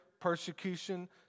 persecution